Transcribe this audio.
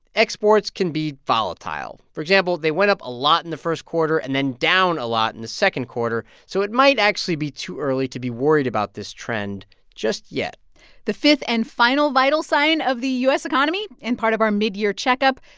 exports can be volatile. for example, they went up a lot in the first quarter and then down a lot in the second quarter, so it might actually be too early to be worried about this trend just yet the fifth and final vital sign of the u s. economy and part of our midyear checkup,